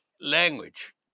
language